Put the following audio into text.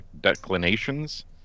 declinations